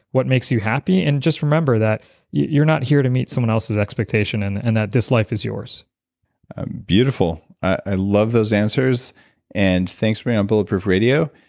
what makes you happy? and just remember that you're not here to meet someone else's expectation and and that this life is yours beautiful. i love those answers and thanks for being on bulletproof radio.